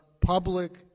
public